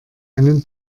einen